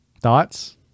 Thoughts